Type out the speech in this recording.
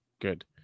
Good